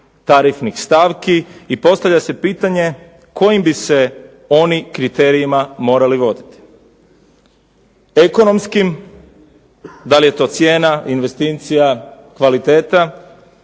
tarifnih stavki, i postavlja se pitanje kojim bi se oni kriterijima morali voditi. Ekonomskim, da li je to cijena investicija, kvaliteta,